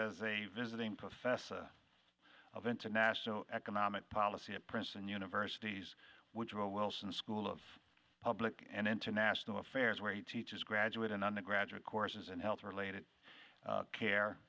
as a visiting professor of international economic policy at princeton university's woodrow wilson school of public and international affairs where he teaches graduate and undergraduate courses in health related care